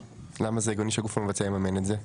למה זה הגיוני שהגוף המבצע יממן את זה?